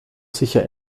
sicher